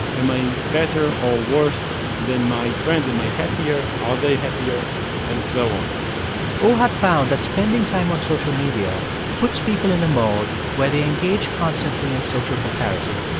am i better or worse than my friends am i happier are they happier and so on ohad found that spending time on social media puts people in a mode where they engage constantly in social comparison.